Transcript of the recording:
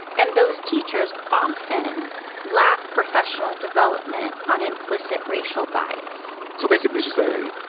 and those teachers often lack professional development on implicit racial bias so basically she's saying,